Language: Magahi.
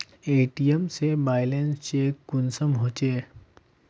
ए.टी.एम से बैलेंस चेक कुंसम होचे?